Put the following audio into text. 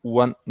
one